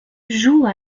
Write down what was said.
joue